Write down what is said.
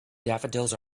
daffodils